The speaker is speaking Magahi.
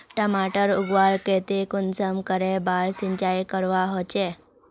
टमाटर उगवार केते कुंसम करे बार सिंचाई करवा होचए?